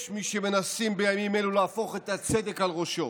יש מי שמנסה בימים אלה להפוך את הצדק על ראשו.